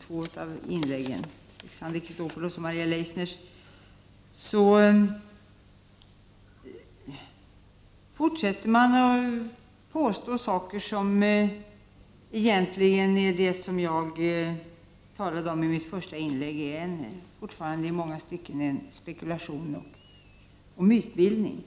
två av inläggen, Alexander Chrisopoulos och Maria Leissners, i många stycken fortfarande innehåller saker som jag talade om i mitt första inlägg, nämligen spekulation och mytbildning.